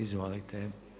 Izvolite.